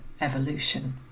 evolution